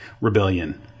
Rebellion